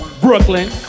Brooklyn